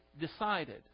decided